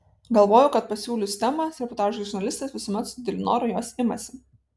galvojau kad pasiūlius temą reportažui žurnalistas visuomet su dideliu noru jos imasi